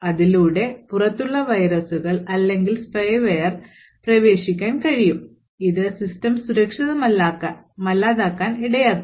അതിലൂടെ പുറത്തുള്ള വൈറസുകൾ അല്ലെങ്കിൽ സ്പൈവെയർ പ്രവേശിക്കാൻ കഴിയും ഇത് സിസ്റ്റം സുരക്ഷിതമല്ലാതാകാൻ ഇടയാക്കും